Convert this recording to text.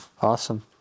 Awesome